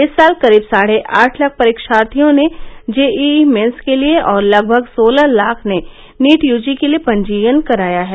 इस साल करीब साढ़े आठ लाख परीक्षार्थियों ने जेईई मेन्स के लिए और लगभग सोलह लाख ने नीट यूजी के लिए पंजीयन कराया है